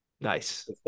Nice